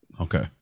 Okay